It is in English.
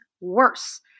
worse